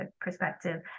perspective